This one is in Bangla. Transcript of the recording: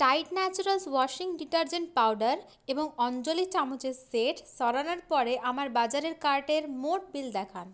Tide naturals washing detergent powder এবং অঞ্জলি চামচের সেট সরানোর পরে আমার বাজারের কার্টের মোট বিল দেখান